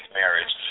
marriage